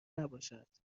نباشد